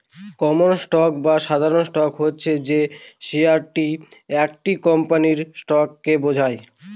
common stock বা সাধারণ stock হচ্ছে যে শেয়ারটা একটা কোম্পানির স্টককে বোঝায়